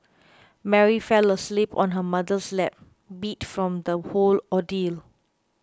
Mary fell asleep on her mother's lap beat from the whole ordeal